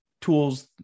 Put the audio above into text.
tools